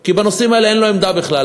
כי בנושאים האלה אין לו עמדה בכלל,